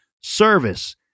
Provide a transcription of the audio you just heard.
service